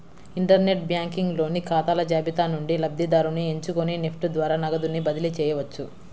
inter net banking లోని ఖాతాల జాబితా నుండి లబ్ధిదారుని ఎంచుకొని నెఫ్ట్ ద్వారా నగదుని బదిలీ చేయవచ్చు